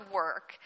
work